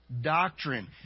Doctrine